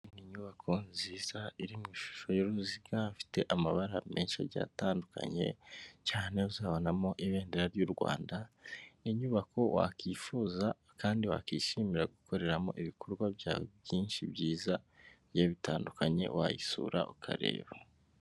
Ni inyubako nziza iri mu ishusho y'uruziga ifite amabara menshi agiye atandukanye, cyane uzabonamo ibendera ry'u Rwanda, ni inyubako wakwifuza kandi wakishimira gukoreramo ibikorwa byawe byinshi byiza bigiye bitandukanye, wayisura ukareba.